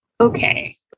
Okay